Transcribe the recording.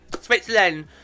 Switzerland